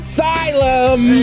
Asylum